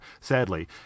sadly